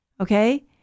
Okay